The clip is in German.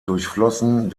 durchflossen